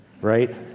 right